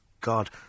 God